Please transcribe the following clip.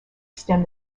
extend